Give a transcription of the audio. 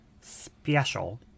special